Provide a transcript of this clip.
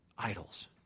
Idols